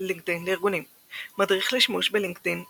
לינקדאין לארגונים - מדריך לשימוש בלינקדאין לארגונים,